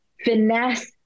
finesse